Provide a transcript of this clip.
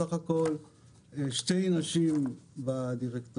סך הכול יש שני נשים בדירקטוריון,